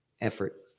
effort